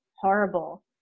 horrible